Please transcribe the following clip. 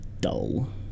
dull